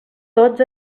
tots